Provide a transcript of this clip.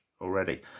already